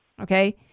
Okay